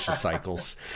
cycles